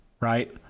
right